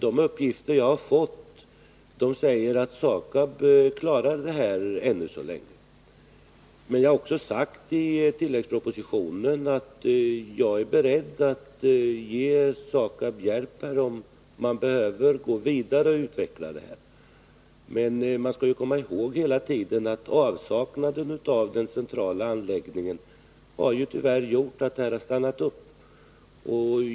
De uppgifter som jag har fått säger att SAKAB klarar detta än så länge. Men jag har också sagt i tilläggsproposition att jag är beredd att ge SAKAB hjälp om man behöver gå vidare och utveckla den här biten. Man skall komma ihåg att avsaknaden av den centrala anläggningen tyvärr har gjort att det hela har stannat upp.